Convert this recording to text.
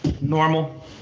normal